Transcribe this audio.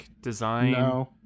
design